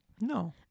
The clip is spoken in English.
No